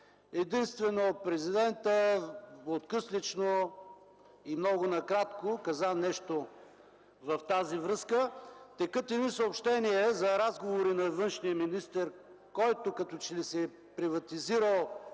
Единствено президентът откъслечно и много накратко каза нещо в тази връзка. Текат съобщения за разговори на външния министър, който като че ли си е приватизирал